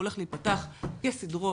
הוא הולך להיפתח כסדרו,